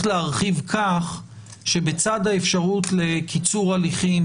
להרחיב כך שבצד האפשרות לקיצור הליכים,